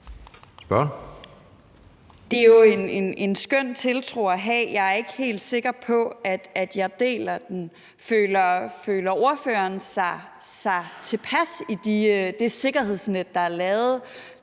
Det er jo en skøn tiltro at have. Jeg er ikke helt sikker på, at jeg deler den. Føler ordføreren sig tilpas i det sikkerhedsnet, der er lavet?